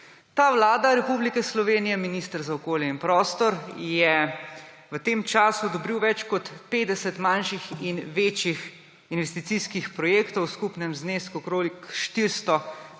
Ta vlada Republike Slovenije, minister za okolje in prostor je v tem času odobril več kot 50 manjših in večjih investicijskih projektov v skupnem znesku okrog 400